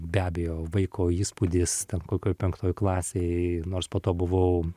be abejo vaiko įspūdis kokioj penktoj klasėj nors po to buvau